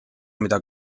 mida